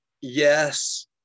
yes